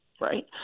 right